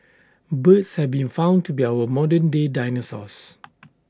birds have been found to be our modern day dinosaurs